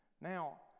now